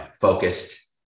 focused